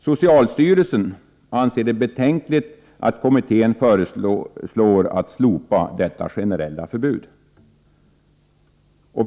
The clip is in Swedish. Socialstyrelsen anser det betänkligt att kommittén föreslår att detta generella förbud skall slopas.